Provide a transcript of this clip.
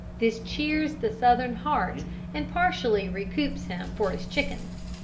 this cheers the southern heart and partially recoups him for his chickens.